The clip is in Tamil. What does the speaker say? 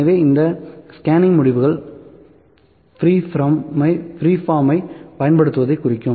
எனவே இந்த ஸ்கேனிங் முடிவுகள் ஃப்ரீஃபார்ம் ஐ பயன்படுத்துவதைக் குறிக்கும்